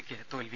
സിക്ക് തോൽവി